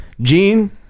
Gene